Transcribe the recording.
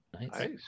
Nice